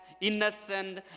innocent